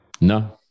No